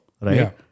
right